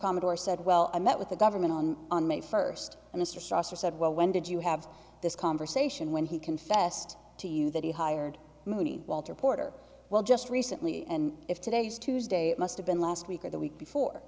commodore said well i met with the government on on may first and history or said well when did you have this conversation when he confessed to you that he hired mooney walter porter well just recently and if today is tuesday it must have been last week or the week before